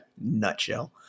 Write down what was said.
nutshell